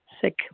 sick